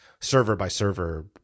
Server-by-server